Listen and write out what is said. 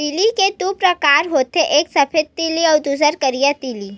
तिली के दू परकार होथे एक सफेद तिली अउ दूसर करिया तिली